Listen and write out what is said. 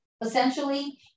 essentially